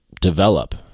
develop